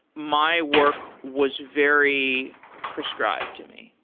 my work was very prescribed to me.